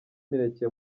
imineke